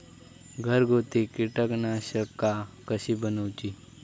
घरगुती कीटकनाशका कशी बनवूची?